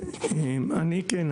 אני כן,